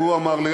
והוא אמר לי,